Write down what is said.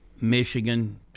Michigan